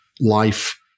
life